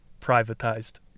Privatized